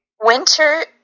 winter